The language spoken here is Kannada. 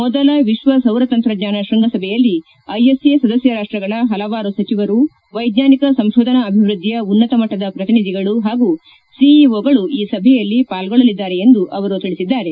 ಮೊದಲ ವಿಶ್ಲ ಸೌರತಂತ್ರಜ್ಞಾನ ಶ್ವಂಗಸಭೆಯಲ್ಲಿ ಐಎಸ್ಎ ಸದಸ್ಯ ರಾಷ್ಟಗಳ ಹಲವಾರು ಸಚಿವರು ವ್ಷೆಜ್ಞಾನಿಕ ಸಂಶೋಧನಾ ಅಭಿವೃದ್ದಿಯ ಉನ್ನತ ಮಟ್ಟದ ಪ್ರತಿನಿಧಿಗಳು ಹಾಗೂ ಸಿಇಒಗಳು ಈ ಸಭೆಯಲ್ಲಿ ಪಾಲ್ಗೊಳ್ಳಲಿದ್ದಾರೆ ಎಂದು ಅವರು ತಿಳಿಸಿದ್ದಾರೆ